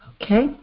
Okay